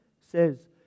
says